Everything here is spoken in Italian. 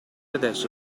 adesso